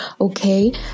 Okay